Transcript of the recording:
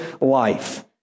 life